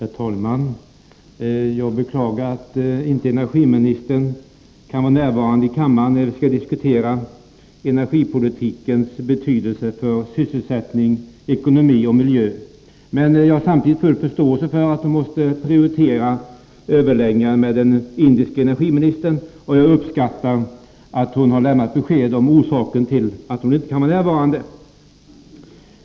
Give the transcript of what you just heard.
Herr talman! Jag beklagar att inte energiministern kan vara närvarande i kammaren när vi skall diskutera energipolitikens betydelse för sysselsättning, ekonomi och miljö. Samtidigt har jag full förståelse för att hon måste prioritera överläggningarna med den indiske energiministern, och jag uppskattar att hon har lämnat besked om orsaken till att hon inte kan närvara.